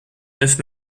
neuf